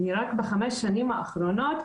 רק בחמש שנים האחרונות,